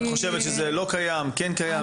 את חושבת שזה לא קיים או כן קיים?